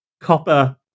copper